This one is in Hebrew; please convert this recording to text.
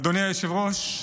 אדוני היושב-ראש,